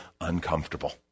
uncomfortable